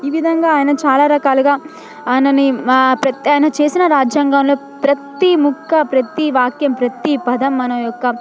ఈ విధంగా ఆయన చాలా రకాలుగా ఆయన నీ వా ప్ర ఆయన చేసిన రాజ్యంగంలో ప్రతీ ముక్క ప్రతీ వాక్యం ప్రతీ పదం మన యొక్క